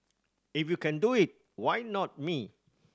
if you can do it why not me